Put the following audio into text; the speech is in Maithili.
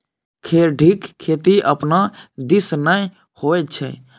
खेढ़ीक खेती अपना दिस नै होए छै